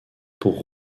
pour